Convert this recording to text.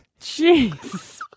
Jeez